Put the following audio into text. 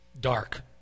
dark